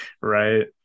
Right